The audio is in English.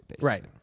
Right